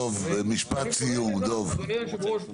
אדוני היושב-ראש,